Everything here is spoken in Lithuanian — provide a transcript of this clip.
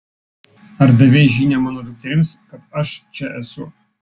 ar davei žinią mano dukterims kad aš čia esu